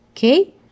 Okay